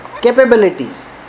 capabilities